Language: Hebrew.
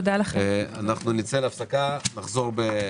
הישיבה נעולה.